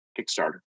Kickstarter